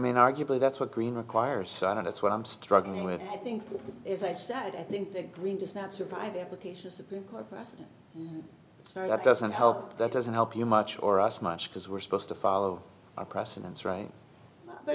mean arguably that's what green require so i don't that's what i'm struggling with i think what is actually i think the green does not survive application supreme court precedent that doesn't help that doesn't help you much or us much because we're supposed to follow our precedents right but